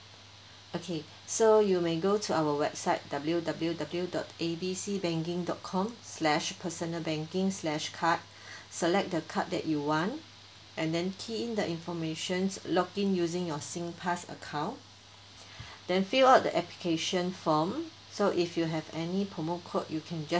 okay so you may go to our website w w w dot a b c banking dot com slash personal banking slash card select the card that you want and then key in the informations log in using your sing pass account then fill up the application form so if you have any promo code you can just